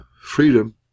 freedom